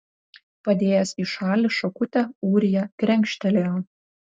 padėjęs į šalį šakutę ūrija krenkštelėjo